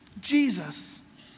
Jesus